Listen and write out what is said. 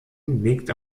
liegt